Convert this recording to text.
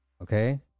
Okay